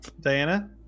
Diana